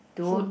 food